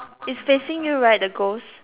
is facing you right the ghost